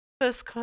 first